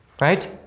right